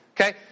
Okay